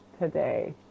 today